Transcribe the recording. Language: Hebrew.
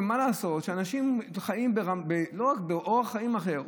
ומה לעשות שאנשים חיים לא רק באורח חיים אחר,